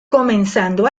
comenzando